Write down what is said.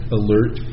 alert